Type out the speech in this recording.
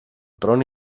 tron